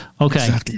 Okay